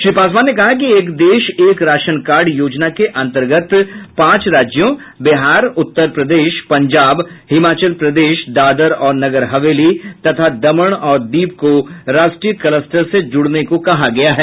श्री पासवान ने कहा कि एक देश एक राशन कार्ड योजना के अंतर्गत पांच राज्यों बिहार उत्तर प्रदेश पंजाब हिमाचल प्रदेश दादरा और नागर हवेली तथा दमण और दीव को राष्ट्रीय क्लस्टर से जूड़ने को कहा गया है